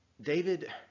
David